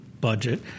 budget